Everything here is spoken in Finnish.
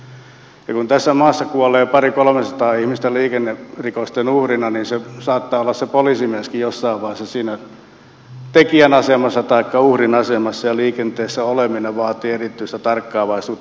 kun tässä maassa kuolee parikolmesataa ihmistä liikennerikosten uhrina niin saattaa olla se poliisimieskin jossain vaiheessa siinä tekijän taikka uhrin asemassa ja liikenteessä oleminen vaatii erityistä tarkkaavaisuutta